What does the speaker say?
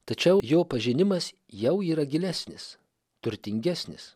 tačiau jo pažinimas jau yra gilesnis turtingesnis